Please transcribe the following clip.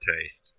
taste